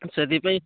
ସେଥିପାଇଁ